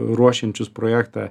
ruošiančius projektą